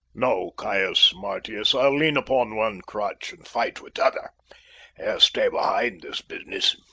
no, caius marcius i'll lean upon one crutch and fight with the other ere stay behind this business.